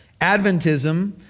Adventism